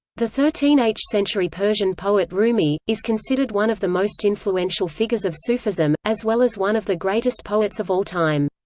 the thirteen h century persian poet rumi, is considered one of the most influential figures of sufism, as well as one of the greatest poets of all time.